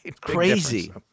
Crazy